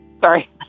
sorry